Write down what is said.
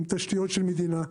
עם תשתיות של מדינה,